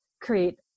create